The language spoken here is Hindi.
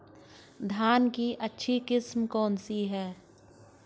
धान की अच्छी किस्म कौन सी है?